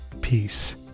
peace